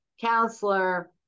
counselor